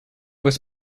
was